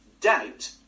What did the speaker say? doubt